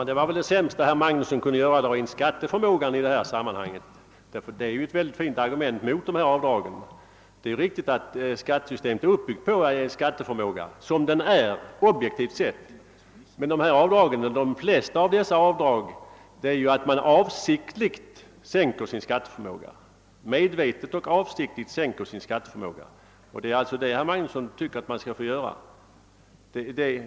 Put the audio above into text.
Herr talman! Det sämsta herr Magnusson i Borås kunde göra var väl att dra in skatteförmågan i detta sammanhang, ty den är ett mycket fint argument mot dessa avdrag. Det är riktigt att skattesystemet är uppbyggt på skatteförmågan, objektivt betraktad. Men de flesta av dessa avdrag innebär att man medvetet och avsiktligt sänker sin skatteförmåga. Det är alltså det herr Magnusson tycker att man skall få göra.